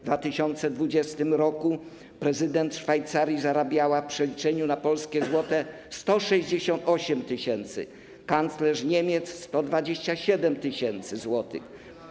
W 2020 r. prezydent Szwajcarii zarabiała - w przeliczeniu na polskie złote - 168 tys. zł, kanclerz Niemiec - 127 tys. zł.